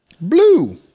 Blue